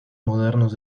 modernos